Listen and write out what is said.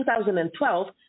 2012